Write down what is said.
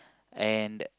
and